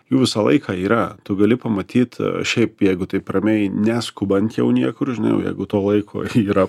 jų visą laiką yra tu gali pamatyti šiaip jeigu taip ramiai neskubant jau niekur žinai jeigu to laiko yra